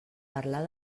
parlar